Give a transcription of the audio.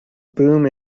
boom